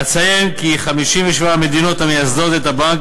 אציין כי 57 המדינות המייסדות את הבנק